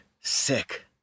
sick